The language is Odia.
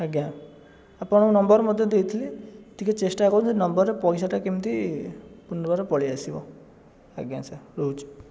ଆଜ୍ଞା ଆପଣଙ୍କ ନମ୍ବର ମୋତେ ଦେଇଥିଲେ ଟିକେ ଚେଷ୍ଟା କରନ୍ତୁ ସେ ନମ୍ବରେ ପଇସାଟା କେମିତି ପୁର୍ନଃର୍ବାର ପଳେଇ ଆସିବ ଆଜ୍ଞା ସାର୍ ରହୁଛି